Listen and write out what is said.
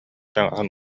таҥаһын